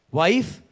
wife